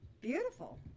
beautiful